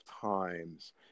times